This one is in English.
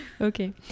Okay